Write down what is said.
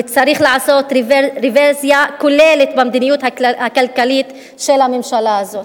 וצריך לעשות רוויזיה כוללת במדיניות הכלכלית של הממשלה הזאת.